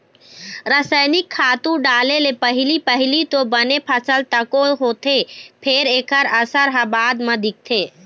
रसइनिक खातू डाले ले पहिली पहिली तो बने फसल तको होथे फेर एखर असर ह बाद म दिखथे